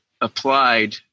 applied